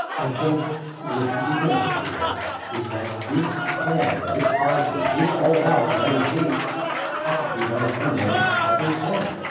i think where she isn't as clear is that this plan and this policy is all about letting states cap the amount of funding that they spend.